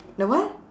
the what